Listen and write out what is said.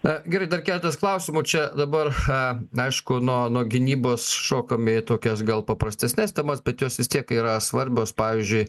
na gerai dar keletas klausimų čia dabar cha aišku nuo nuo gynybos šokam į tokias gal paprastesnes temas bet jos vis tiek yra svarbios pavyzdžiui